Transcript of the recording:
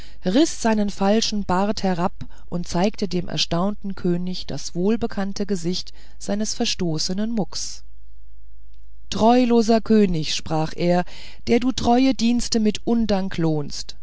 riß seinen falschen bart herab und zeigte dem erstaunten könig das wohlbekannte gesicht seines verstoßenen mucks treuloser könig sprach er der du treue dienste mit undank lohnst